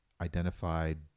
identified